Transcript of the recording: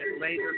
later